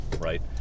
Right